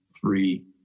three